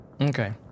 Okay